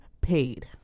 paid